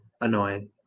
annoying